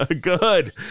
Good